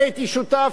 אני הייתי שותף,